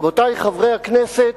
רבותי חברי הכנסת,